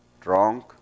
drunk